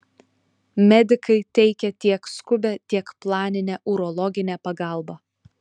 medikai teikia tiek skubią tiek planinę urologinę pagalbą